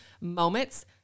moments